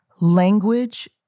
Language